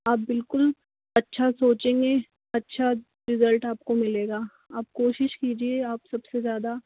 आप बिलकुल अच्छा सोचेंगे अच्छा रिज़ल्ट आपको मिलेगा आप कोशिश कीजिये आप सबसे ज़्यादा